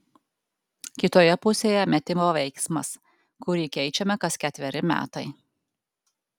kitoje pusėje metimo veiksmas kurį keičiame kas ketveri metai